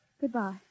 goodbye